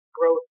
growth